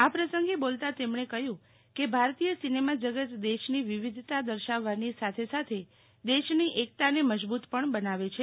આ પ્રસંગે બોલતાં તેમજ્ઞે કહ્યું કે ભારતીય સિનેમા જગત દેશની વિવિધતા દર્શાવવાની સાથેસાથે દેશની એકતાને મજબૂત પણ બનાવે છે